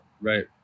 Right